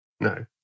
No